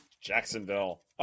Jacksonville